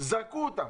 זרקו אותם,